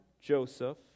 Joseph